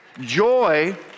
Joy